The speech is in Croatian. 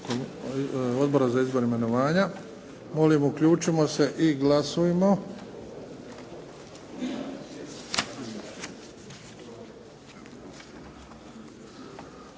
Odbora za izbor i imenovanja. Molim uključimo se i glasujmo.